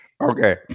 Okay